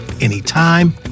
anytime